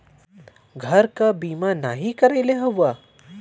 घर क बीमा नाही करइले हउवा